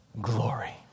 glory